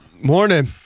Morning